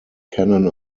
canon